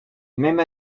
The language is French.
même